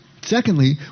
Secondly